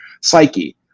psyche